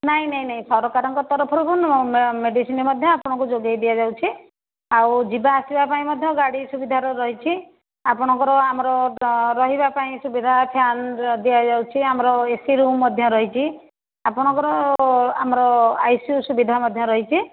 ନାହିଁ ନାହିଁ ନାହିଁ ସରକାରଙ୍କ ତରଫରୁ ମେଡ଼ିସିନ ମଧ୍ୟ ଆପଣଙ୍କୁ ଯୋଗାଇ ଦିଆଯାଉଛି ଆଉ ଯିବା ଆସିବା ପାଇଁ ମଧ୍ୟ ଗାଡ଼ି ସୁବିଧାର ରହିଛି ଆପଣଙ୍କର ଆମର ରହିବା ପାଇଁ ସୁବିଧା ଫ୍ୟାନ ଦିଆଯାଉଛି ଆମର ଏ ସି ରୁମ୍ ମଧ୍ୟ ରହିଛି ଆପଣଙ୍କର ଆମର ଆଇ ସି ୟୁ ସୁବିଧା ମଧ୍ୟ ରହିଛି